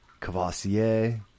Cavassier